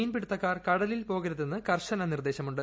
മീൻപിടുത്തക്കാർ കടലിൽ പോകരുതെന്ന് കർശനമായ നിർദ്ദേശവുമുണ്ട്